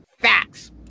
facts